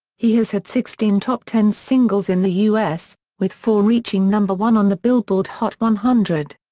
he has had sixteen top ten singles in the us, with four reaching number one on the billboard hot one hundred.